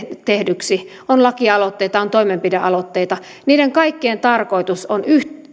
tehdyksi on lakialoitteita on toimenpidealoitteita niiden kaikkien tarkoitus on